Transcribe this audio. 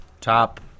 Top